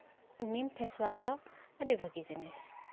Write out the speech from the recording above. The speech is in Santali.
ᱱᱤᱢ ᱯᱷᱮᱥ ᱳᱣᱟᱥ ᱫᱚ ᱟᱹᱰᱤ ᱵᱷᱟᱜᱮ ᱡᱤᱱᱤᱥ